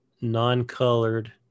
non-colored